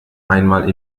einmal